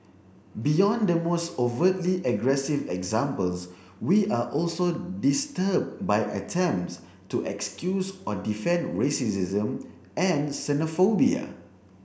beyond the most overtly aggressive examples we are also disturbed by attempts to excuse or defend racism and xenophobia